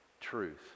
truth